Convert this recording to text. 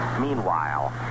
Meanwhile